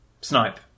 Snipe